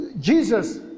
Jesus